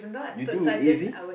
you think it's easy